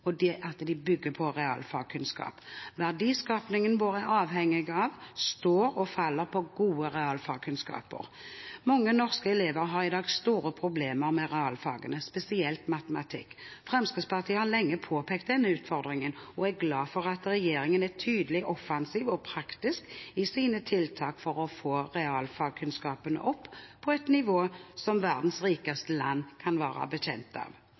ting til felles: De bygger på realfagskunnskap. Verdiskapingen vi er avhengig av, står og faller på gode realfagskunnskaper. Mange norske elever har i dag store problemer med realfagene, spesielt matematikk. Fremskrittspartiet har lenge påpekt denne utfordringen og er glad for at regjeringen er tydelig, offensiv og praktisk i sine tiltak for å få realfagskunnskapene opp på et nivå som «verdens rikeste land» kan være bekjent av.